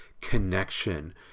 connection